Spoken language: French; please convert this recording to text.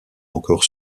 encore